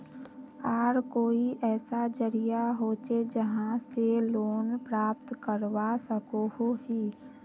आर कोई ऐसा जरिया होचे जहा से लोन प्राप्त करवा सकोहो ही?